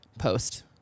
Post